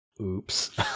Oops